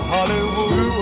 Hollywood